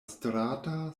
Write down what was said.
strata